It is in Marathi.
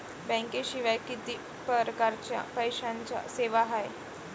बँकेशिवाय किती परकारच्या पैशांच्या सेवा हाय?